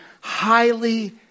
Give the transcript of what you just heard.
highly